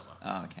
okay